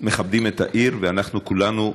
מכבדים את העיר, ואנחנו כולנו,